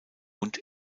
und